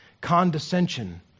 condescension